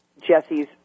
Jesse's